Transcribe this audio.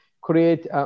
create